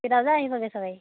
কেইটা বজাত আহিব গেছৰ গাড়ী